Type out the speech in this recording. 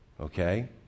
okay